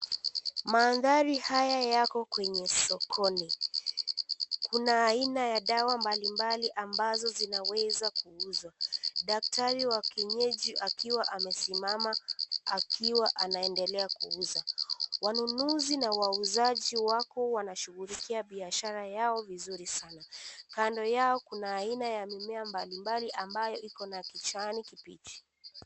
Maandhari haya yako kwenye sokoni. Kuna aina ya dawa mbali mbali ambazo zinaweza kuuzwa. Daktari wa kienyeji akiwa amesimama akiwa anaendelea kuuza. Wanunuzi na wauzaji wako wanashughulikia biashara yao vizuri sana. Kando yao kuna aina ya mimea mbali mbali ambayo iko na kijani kibichi.